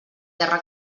terra